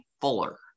Fuller